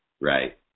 Right